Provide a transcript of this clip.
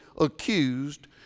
accused